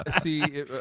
see